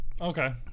Okay